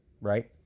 Right